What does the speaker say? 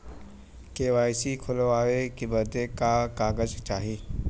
KYC खोलवावे बदे का का कागज चाही?